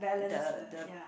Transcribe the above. the the